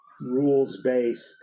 rules-based